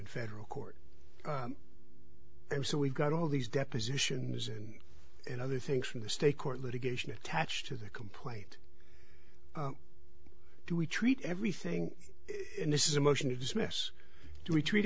in federal court and so we've got all these depositions in and other things from the state court litigation attached to the complaint do we treat everything in this is a motion to dismiss do we treat